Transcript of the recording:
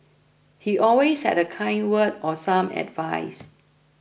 he always had a kind word or some advice